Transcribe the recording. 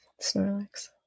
Snorlax